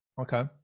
Okay